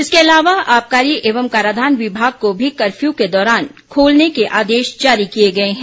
इसके अलावा आबकारी एवं कराधान विभाग को भी कर्फ्यू के दौरान खोलने के आदेश जारी किए गए है